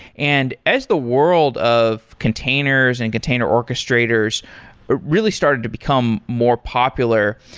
and as the world of containers and container orchestrators really started to become more popular,